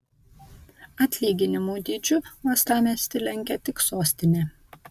atlyginimų dydžiu uostamiestį lenkia tik sostinė